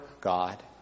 God